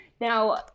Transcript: Now